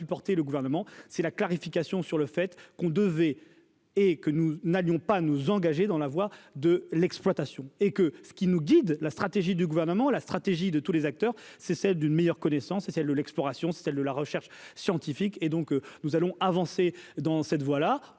porter le gouvernement c'est la clarification sur le fait qu'on devait et que nous n'avions pas nous engager dans la voie de l'exploitation et que ce qui nous guide la stratégie du gouvernement, la stratégie de tous les acteurs, c'est celle d'une meilleure connaissance et celle de l'exploration, celle de la recherche scientifique et donc nous allons avancer dans cette voie là,